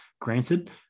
granted